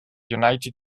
united